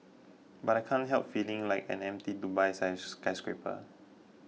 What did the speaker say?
but I can't help feeling like an empty Dubai skyscraper